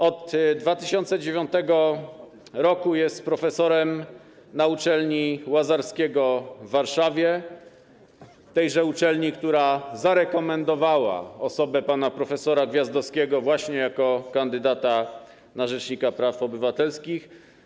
Od 2009 r. jest profesorem na Uczelni Łazarskiego w Warszawie - tejże uczelni, która zarekomendowała osobę pana prof. Gwiazdowskiego jako kandydata na rzecznika praw obywatelskich.